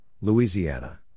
Louisiana